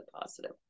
positive